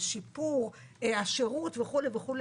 על שיפור השירות וכו'.